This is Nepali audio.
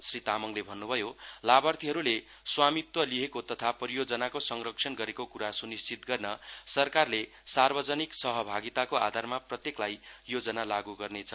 श्री तामाङले भन्नुभयो लाभार्थीहरूले स्वामित्व लिएको तथा परियोजनाको संरक्षण गरेको कुरा सुनिधित गर्न सरकारले सार्वजनिक सहभागिताको आधारमा प्रत्येक योजना लागू गर्नेछ